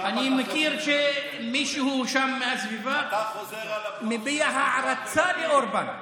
אני מכיר מישהו שם מהסביבה שמביע הערצה לאורבן.